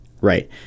right